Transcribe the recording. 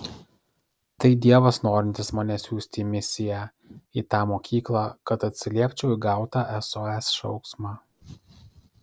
tai dievas norintis mane siųsti į misiją į tą mokyklą kad atsiliepčiau į gautą sos šauksmą